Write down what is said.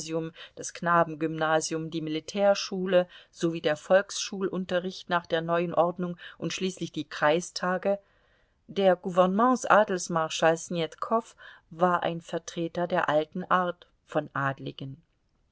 das knabengymnasium die militärschule sowie der volksschulunterricht nach der neuen ordnung und schließlich die kreistage der gouvernements adelsmarschall snetkow war ein vertreter der alten art von adligen